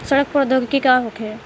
सड़न प्रधौगिकी का होखे?